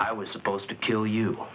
i was supposed to kill you